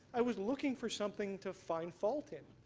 i was looking for something to find fault in,